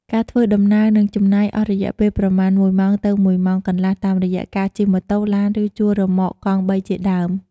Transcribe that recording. ការធ្វើដំណើរនឹងចំណាយអស់រយះពេលប្រមាណ ១ ម៉ោង ទៅ ១ ម៉ោងកន្លះតាមរយះកាជិះម៉ូតូ ឡាន ឬជួលរ៉ឺម៉កកង់បីជាដើម ។